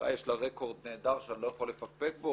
אולי יש לה רקורד נהדר שאני לא יכול לפקפק בו,